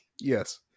Yes